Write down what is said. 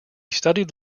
studied